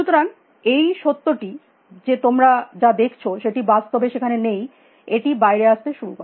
সুতরাং এই সত্যটি যে তোমরা যা দেখছ সেটি বাস্তবে সেখানে নেই এটি বাইরে আসতে শুরু করে